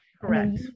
Correct